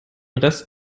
rest